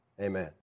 Amen